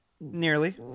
nearly